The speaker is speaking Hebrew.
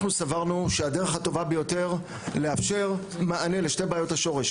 אנחנו דברנו שהדרך הטובה ביותר לאפשר מענה לשתי בעיות השורש,